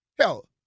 Hell